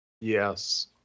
yes